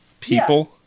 people